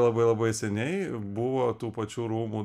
labai labai seniai buvo tų pačių rūmų